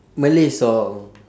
malay song